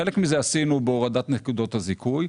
חלק מזה עשינו בהורדת נקודות הזיכוי,